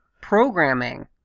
programming